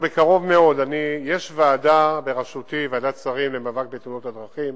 יש ועדת שרים בראשותי למאבק בתאונות הדרכים.